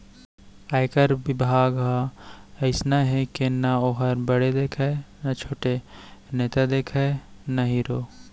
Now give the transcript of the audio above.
आयकर बिभाग ह अइसना हे के ना वोहर बड़े देखय न छोटे, नेता देखय न हीरो